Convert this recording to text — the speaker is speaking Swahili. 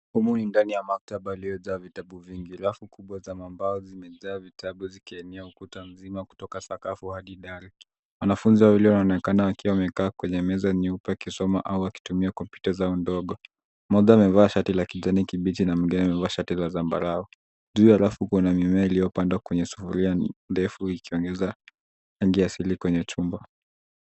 Humu ni ndani ya maktaba yaliyojaa vitabu vingi. Rafu kubwa za mambao zimejaa vitabu zikienea ukuta mzima kutoka sakafu hadi dari. Wanafunzi wawili wanaonekana wakiwa wamekaa kwenye meza nyeupe wakisoma au wakitumia komputa zao ndogo. Mmoja amevaa shati la kijani kibichi na mwingine amevaa shati la zambarau. Juu ya rafu kuna mimea iliyopandwa kwenye sufuria ndefu ikiongeza rangi asili kwenye chumba.